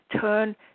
turn